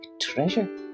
treasure